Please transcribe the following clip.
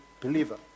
believer